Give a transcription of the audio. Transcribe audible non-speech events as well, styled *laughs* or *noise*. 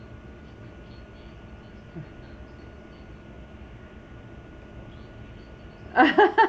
*laughs*